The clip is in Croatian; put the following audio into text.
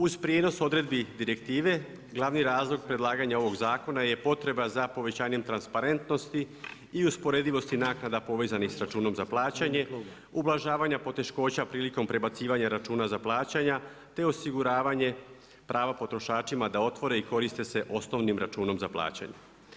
Uz prijenos odredbi direktive, glavni razlog predlaganja ovog zakona je potreba za povećanje transparentnosti i usporedivosti naknada povezanih sa računom za plaćanje, ublažavanje poteškoća prilikom prebacivanja računa za plaćanja te osiguravanja pravo potrošačima da otvore i koriste se osnovnim računom za plaćanje.